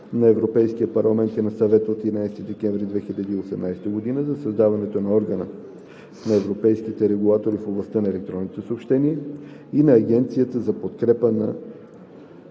на Европейския парламент и на Съвета от 11 декември 2018 г. за създаване на Орган на европейските регулатори в областта на електронните съобщения (ОЕРЕС) и на Агенция за подкрепа на